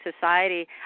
society